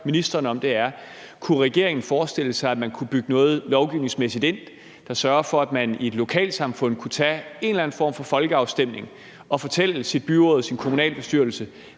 ministeren om, er: Kunne regeringen forestille sig, at man kunne bygge noget lovgivningsmæssigt ind, der kunne sørge for, at man i et lokalsamfund kunne holde en eller anden form for folkeafstemning? Så kunne man fortælle i sit byråd og sin kommunalbestyrelse,